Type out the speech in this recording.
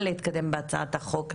בהצעת החוק,